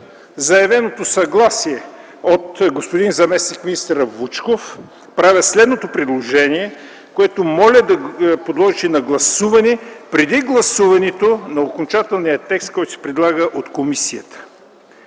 заявеното съгласие от господин заместник-министъра Вучков, правя следното предложение, което моля да подложите на гласуване преди гласуването на окончателния текст, който се предлага от комисията.